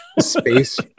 space